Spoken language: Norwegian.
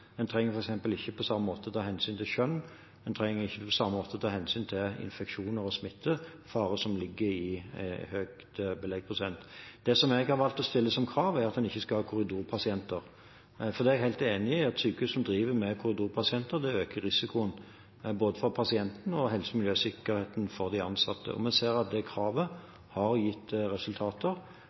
trenger f.eks. ikke på samme måte å ta hensyn til kjønn. Man trenger ikke på samme måte å ta hensyn til infeksjon og smitte, farer som forekommer ved høy beleggsprosent. Det som jeg har valgt å stille som krav, er at man ikke skal ha korridorpasienter. For jeg er helt enig i at på sykehus som har korridorpasienter, øker risikoen både for pasienten og for helse, miljø og sikkerhet for de ansatte. Vi ser at det kravet har gitt resultater,